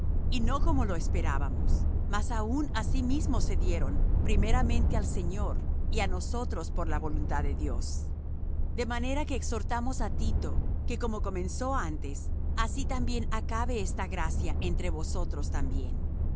y no como lo esperábamos mas aun á sí mismos se dieron primeramente al señor y á nosotros por la voluntad de dios de manera que exhortamos á tito que como comenzó antes así también acabe esta gracia entre vosotros también